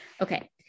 okay